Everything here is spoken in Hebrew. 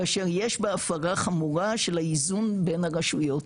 ואשר יש בה הפרה חמורה של האיזון בין הרשויות.